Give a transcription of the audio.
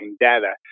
data